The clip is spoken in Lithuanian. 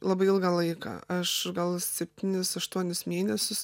labai ilgą laiką aš gal septynis aštuonis mėnesius